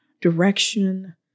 direction